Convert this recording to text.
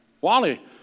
Wally